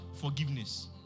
forgiveness